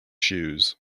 shoes